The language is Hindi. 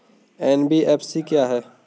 एन.बी.एफ.सी क्या है?